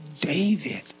David